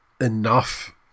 enough